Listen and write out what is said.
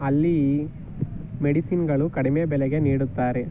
ಅಲ್ಲಿ ಮೆಡಿಸಿನ್ಗಳು ಕಡಿಮೆ ಬೆಲೆಗೆ ನೀಡುತ್ತಾರೆ